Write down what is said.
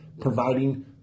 providing